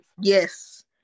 Yes